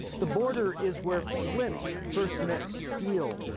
the border is where flint first met steel,